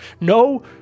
no